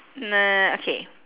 n~ okay